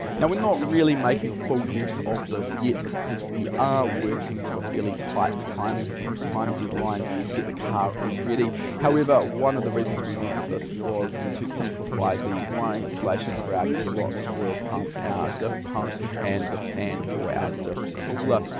now we're not really making full use of this yet because we are working to a fairly tight time time deadline to get the car all ready. however one of the reasons we went with this was to simplify the wiring installation for our gearbox, oil pump, our diff pump and the fan for our diff cooler.